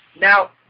Now